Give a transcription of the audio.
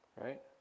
right